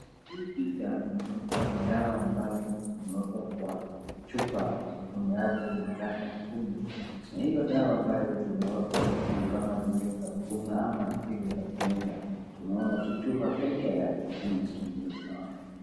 Hii picha imewekwa dawa ambayo imewekwa kwa chupa, kifuniko yake inakaa nyekundu, na hiyo dawa ambayo imewekwa ni kama zile za kukunywa ama zile za kumeza, tunaona tu chupa peke yake hakuna kitu ingine tunaona.